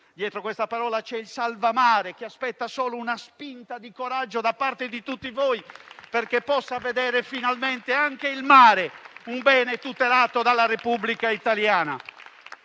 dietro questa parola c'è il disegno di legge "salva mare", cha aspetta solo una spinta di coraggio da parte di tutti voi perché possa vedere finalmente anche il mare un bene tutelato dalla Repubblica italiana.